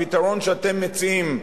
הפתרון שאתם מציעים,